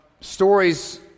stories